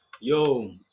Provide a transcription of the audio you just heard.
Yo